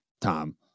Tom